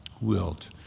wilt